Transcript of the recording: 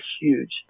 huge